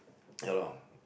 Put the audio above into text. ya lor